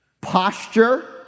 posture